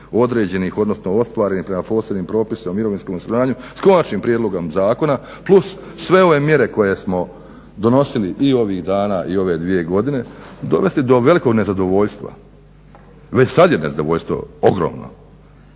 određenih odnosno ostvarenih prema posebnim propisom o mirovinskom osiguranju, s konačnim prijedlogom zakona plus sve ove mjere koje smo donosili i ovih dana i ove dvije godine dovesti do velikog nezadovoljstva. Već sad je nezadovoljstvo ogromno,